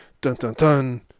dun-dun-dun